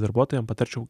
darbuotojam patarčiau